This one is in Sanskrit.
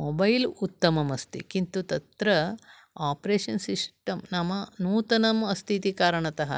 मोबैल् उत्तममस्ति किन्तु तत्र आप्रेशन् सिस्टं नाम नूतनम् अस्ति इति कारणतः